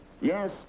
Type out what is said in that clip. Yes